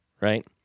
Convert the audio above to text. right